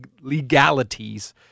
legalities –